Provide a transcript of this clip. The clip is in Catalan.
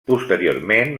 posteriorment